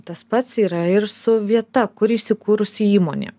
tas pats yra ir su vieta kur įsikūrusi įmonė